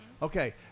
Okay